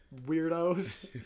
weirdos